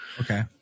Okay